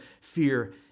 fear